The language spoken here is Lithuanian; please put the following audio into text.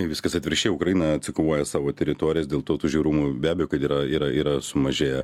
viskas atvirkščiai ukraina atsikovoja savo teritorijas dėl to tų žiaurumų be abejo kad yra yra yra sumažėję